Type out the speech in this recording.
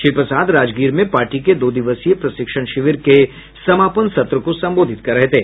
श्री प्रसाद राजगीर में पार्टी के दो दिवसीय प्रशिक्षण शिविर के समापन सत्र को संबोधित कर रहे थे